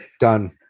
Done